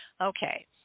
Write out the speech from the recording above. Okay